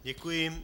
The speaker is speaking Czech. Děkuji.